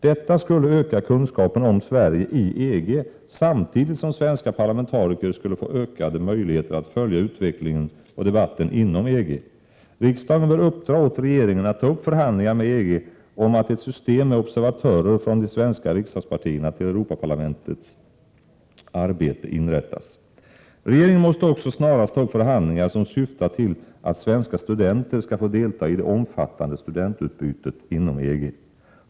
Detta skulle öka kunskapen om Sverige i EG, samtidigt som svenska parlamentariker skulle få ökade möjligheter att följa utvecklingen och debatten inom EG. Riksdagen bör uppdra åt regeringen att ta upp förhandlingar med EG om att ett system med observatörer från de svenska riksdagspartierna vid Europaparlamentets arbete inrättas. Regeringen måste också snarast ta upp förhandlingar som syftar till att svenska studenter skall få delta i det omfattande studentutbytet inom EG.